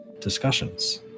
discussions